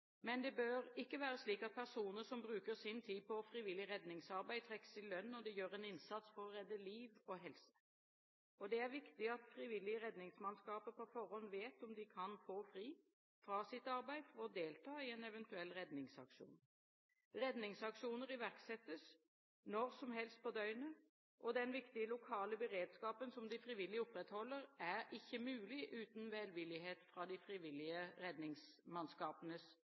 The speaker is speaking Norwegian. Men det bør ikke være slik at personer som bruker sin tid på frivillig redningsarbeid, trekkes i lønn når de gjør en innsats for å redde liv og helse. Det er viktig at frivillige redningsmannskaper på forhånd vet om de kan få fri fra sitt arbeid for å delta i en eventuell redningsaksjon. Redningsaksjoner iverksettes når som helst på døgnet. Den viktige lokale beredskapen som de frivillige opprettholder, er ikke mulig uten velvillighet fra de frivillige